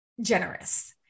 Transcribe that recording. generous